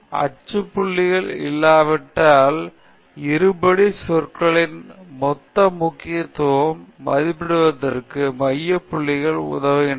அச்சு புள்ளிகள் இல்லாவிட்டால் இருபடி சொற்கலின் மொத்தம் முக்கியத்துவத்தை மதிப்பிடுவதற்கு மைய புள்ளிகள் உதவுகின்றன